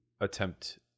attempt